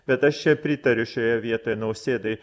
bet aš čia pritariu šioje vietoje nausėdai